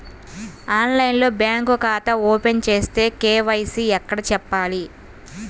ఆన్లైన్లో బ్యాంకు ఖాతా ఓపెన్ చేస్తే, కే.వై.సి ఎక్కడ చెప్పాలి?